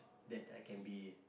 that I can be